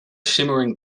shimmering